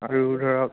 আৰু ধৰক